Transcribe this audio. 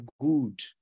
good